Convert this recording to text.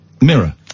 Mirror